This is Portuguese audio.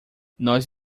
nós